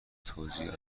توزیع